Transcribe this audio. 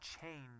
change